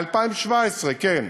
מ-2017, כן,